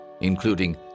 including